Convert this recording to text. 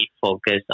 focus